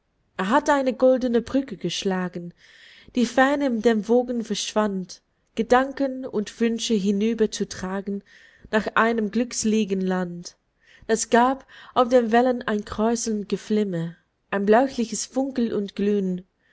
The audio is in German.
er hatt eine goldene brücke geschlagen die fern in den wogen verschwand gedanken und wünsche hinüber zu tragen nach einem glückseligen land das gab auf den wellen ein kräuselnd geflimmer ein bläuliches funkeln und glühn